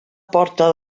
porta